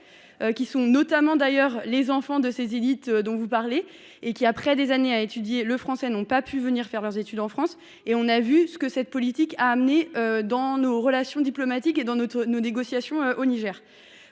qui pour partie sont les enfants de ces élites dont vous parlez et qui, après des années à étudier le français, n’ont pas pu venir faire leurs études en France. On a vu ce que cette politique a donné dans nos relations diplomatiques et nos négociations avec le Niger.